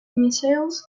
missiles